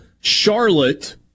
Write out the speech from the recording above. Charlotte